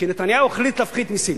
כי נתניהו החליט להפחית מסים.